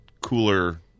cooler –